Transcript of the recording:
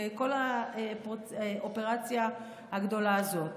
לכל האופרציה הגדולה הזאת.